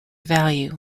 value